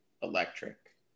electric